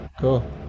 cool